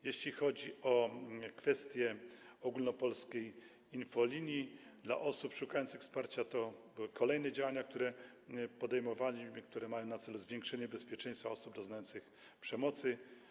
Jeśli chodzi o kwestie ogólnopolskiej infolinii dla osób szukających wsparcia, to były kolejne działania, które podejmowaliśmy, które mają na celu zwiększenie bezpieczeństwa osób doznających przemocy.